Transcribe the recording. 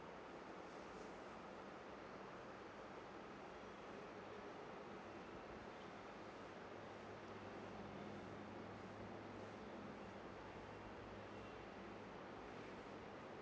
um